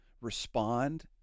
respond